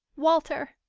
walter!